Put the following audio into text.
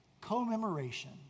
commemoration